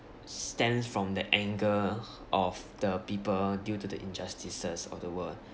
stems from the anger of the people due to the injustices of the world